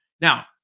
Now